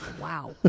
Wow